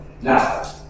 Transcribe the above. Now